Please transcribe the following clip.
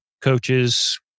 coaches